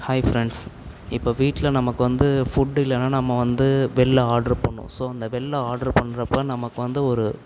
hi friends இப்போ வீட்டில் நமக்கு வந்து ஃபுட் இல்லைனா நம்ம வந்து வெளில ஆட்ரு பண்ணுவோம் ஸோ இந்த வெளில ஆட்ரு பண்ணுறப்ப நமக்கு வந்து ஒரு